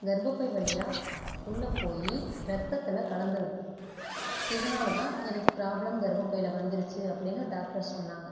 கர்ப்பப் பை வழியாக உள்ளே போய் ரத்தத்தில் கலந்திருக்குது இதனால தான் எனக்குப் ப்ராப்ளம் கர்ப்ப பையில் வந்துடுச்சு அப்படின்னு டாக்டர் சொன்னாங்க